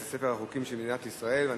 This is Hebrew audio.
בעד, 15, אין מתנגדים ואין נמנעים.